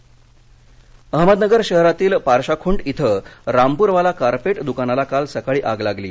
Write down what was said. अहमदनगर अहमदनगर शहरातील पारशा खुंट इथं रामपुखाला कार्पेट दुकानाला काल सकाळी आग लागली